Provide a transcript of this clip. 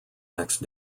next